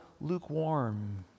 lukewarm